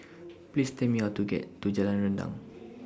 Please Tell Me How to get to Jalan Rendang